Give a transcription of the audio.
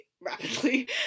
rapidly